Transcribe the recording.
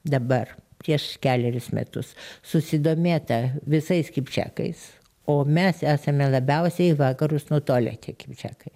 dabar prieš kelerius metus susidomėta visais kipčiakais o mes esame labiausiai į vakarus nutolę tie kipčiakai